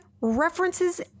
references